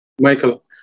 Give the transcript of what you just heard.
Michael